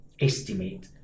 estimate